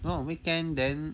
do on weekend then